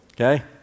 okay